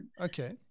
Okay